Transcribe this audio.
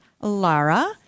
lara